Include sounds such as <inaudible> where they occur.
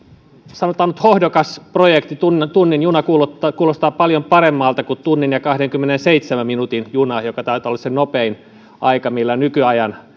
sanotaan nyt hohdokas projekti tunnin juna kuulostaa kuulostaa paljon paremmalta kuin tunnin ja kahdenkymmenenseitsemän minuutin juna joka taitaa olla se nopein aika millä nykyajan <unintelligible>